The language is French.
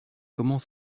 comment